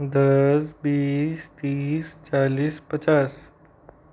दस बीस तीस चालीस पचास